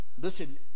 Listen